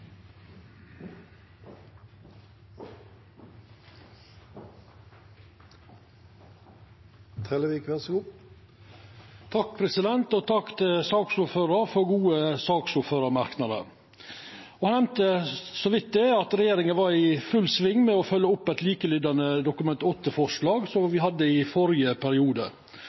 Takk til saksordføraren for gode saksordførarmerknader. Eg nemnde så vidt at regjeringa var i full sving med å følgja opp eit likelydande Dokument 8-forslag som me hadde i førre periode.